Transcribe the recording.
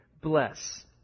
bless